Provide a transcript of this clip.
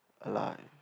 alive